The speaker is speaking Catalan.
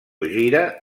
gira